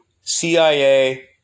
CIA